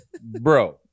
bro